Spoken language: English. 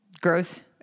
gross